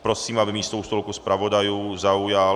Prosím, aby místo u stolku zpravodajů zaujal...